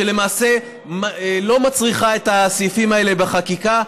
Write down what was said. שלמעשה לא מצריכה את הסעיפים האלה בחקיקה,